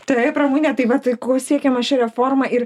taip ramune tai va tai ko siekiama šia reforma ir